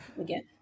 again